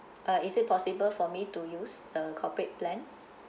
uh is it possible for me to use the corporate plan